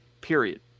period